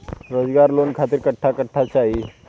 रोजगार लोन खातिर कट्ठा कट्ठा चाहीं?